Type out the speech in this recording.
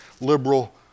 liberal